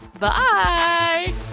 Bye